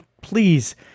please